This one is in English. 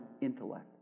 intellect